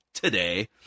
Today